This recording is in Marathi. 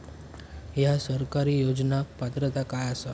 हया सरकारी योजनाक पात्रता काय आसा?